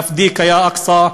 ניפדיכ יא אל-אקצא,